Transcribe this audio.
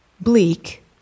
Bleak